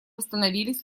восстановились